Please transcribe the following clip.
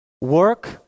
Work